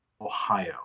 Ohio